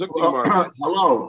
Hello